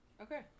Okay